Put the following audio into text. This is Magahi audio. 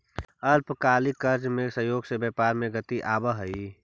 अल्पकालिक कर्जा के सहयोग से व्यापार में गति आवऽ हई